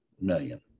million